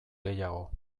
gehiago